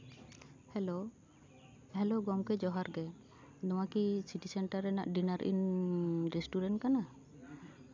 hello hello ᱜᱚᱝᱠᱮ ᱡᱚᱦᱟᱨ ᱜᱮ ᱱᱚᱣᱟ ᱠᱤ ᱥᱤᱴᱤ ᱥᱮᱱᱴᱟᱨ ᱨᱮᱱᱟᱜ ᱰᱤᱱᱟᱨ ᱤᱱ ᱨᱮᱥᱴᱩᱨᱮᱱᱴ ᱠᱟᱱᱟ